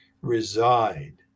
reside